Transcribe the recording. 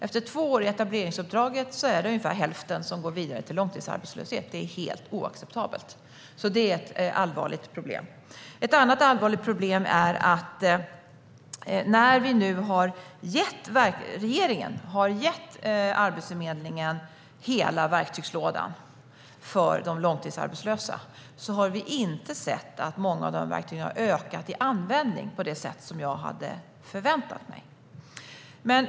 Efter två år i etableringsuppdraget är det ungefär hälften som går vidare till långtidsarbetslöshet. Det är helt oacceptabelt. Det är alltså ett allvarligt problem. Ett annat allvarligt problem är att när regeringen nu har gett Arbetsförmedlingen hela verktygslådan för de långtidsarbetslösa har vi sett att många av dessa verktyg inte har ökat i användning på det sätt som jag hade förväntat mig.